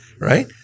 right